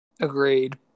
Agreed